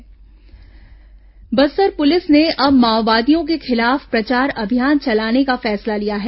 Bastar police अभियान Bastar police ने अब माओवादियों के खिलाफ प्रचार अभियान चलाने का फैसला लिया है